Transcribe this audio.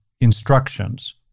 instructions